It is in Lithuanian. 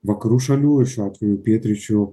vakarų šalių ir šiuo atveju pietryčių